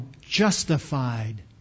justified